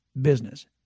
business